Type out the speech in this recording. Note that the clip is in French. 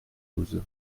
douze